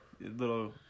little